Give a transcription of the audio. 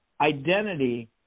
Identity